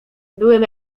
byłem